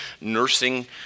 nursing